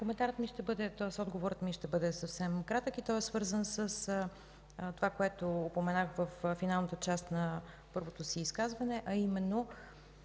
МИНИСТЪР ИВЕЛИНА ВАСИЛЕВА: Отговорът ми ще бъде съвсем кратък и той е свързан с това, което упоменах във финалната част на първото си изказване, а именно